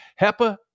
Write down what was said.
HEPA